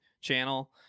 channel